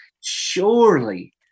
surely